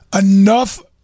enough